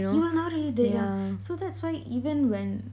he was not really dead yeah so that's why even when